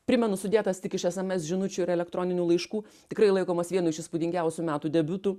primenu sudėtas tik iš sms žinučių ir elektroninių laiškų tikrai laikomas vienu iš įspūdingiausių metų debiutų